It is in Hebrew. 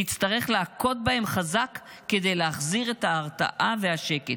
נצטרך להכות בהם חזק כדי להחזיר את ההרתעה והשקט'.